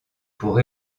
pour